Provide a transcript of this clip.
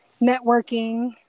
Networking